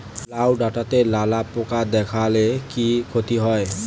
লাউ ডাটাতে লালা পোকা দেখালে কি ক্ষতি হয়?